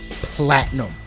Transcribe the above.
platinum